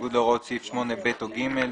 בניגוד להוראות סעיף 8(ב) או (ג),